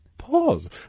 pause